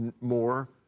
more